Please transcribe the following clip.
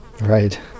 Right